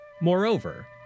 Moreover